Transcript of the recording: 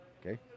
Okay